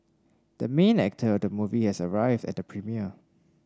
the main actor of the movie has arrived at the premiere